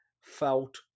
felt